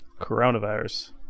coronavirus